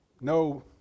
No